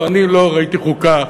אני לא ראיתי חוקה,